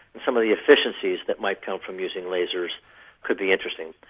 some of the efficiencies that might come from using lasers could be interesting.